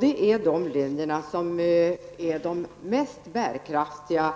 Det är dessa linjer som är de mest bärkraftiga,